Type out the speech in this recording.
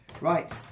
Right